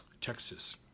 Texas